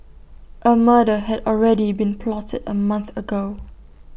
A murder had already been plotted A month ago